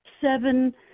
seven